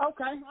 Okay